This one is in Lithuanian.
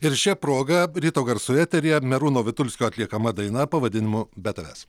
ir šia proga ryto garsų eteryje merūno vitulskio atliekama daina pavadinimu be tavęs